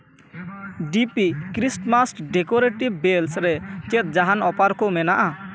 ᱰᱤᱯᱤ Christmas decorative ᱵᱮᱞᱥᱨᱮ ᱪᱮᱫ ᱡᱟᱦᱟᱱ ᱚᱯᱷᱟᱨ ᱠᱚ ᱢᱮᱱᱟᱜᱼᱟ